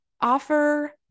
offer